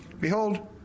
Behold